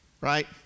right